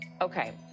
okay